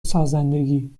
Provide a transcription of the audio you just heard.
سازندگی